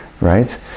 Right